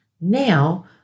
now